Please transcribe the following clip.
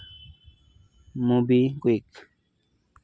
ᱢᱩᱵᱤ ᱠᱩᱭᱤᱠ